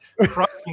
crushing